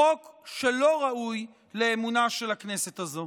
חוק שלא ראוי לאמונה של הכנסת הזו.